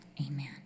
amen